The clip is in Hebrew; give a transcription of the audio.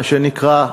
מה שנקרא,